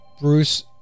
Bruce